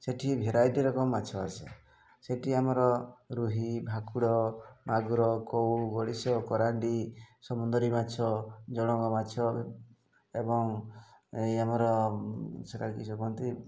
ସେଇଠି ଭେରାଇଟି ରକମ ମାଛ ଆସେ ସେଇଠି ଆମର ରୋହି ଭାକୁର ମାଗୁର କଉ ଗଡ଼ିଶ କେରାଣ୍ଡି ସମୁଦରି ମାଛ ଜଳଙ୍ଗ ମାଛ ଏବଂ ଏଇ ଆମର ସେଇଟା କିସ କୁହନ୍ତି